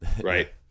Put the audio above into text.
Right